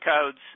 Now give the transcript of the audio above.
Codes